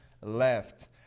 left